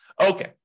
Okay